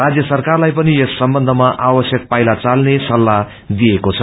राज्य सरकारहरूलाई पनि यस सम्बन्वमा आवश्यक पाइला चाल्ने सल्लाह दिएको छ